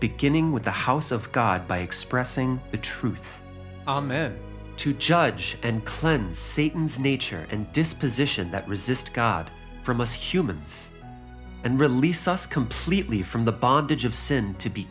beginning with the house of god by expressing the truth to judge and cleanse satan's nature and disposition that resist god from us humans and release us completely from the bondage of sin to be